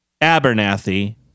Abernathy